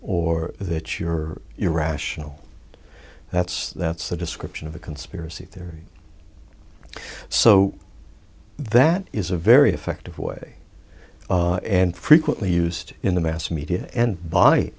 or that you're irrational that's that's the description of a conspiracy theory so that is a very effective way and frequently used in the mass media and by